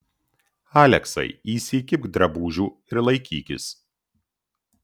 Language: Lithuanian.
aleksai įsikibk drabužių ir laikykis